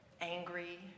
angry